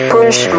Push